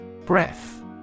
Breath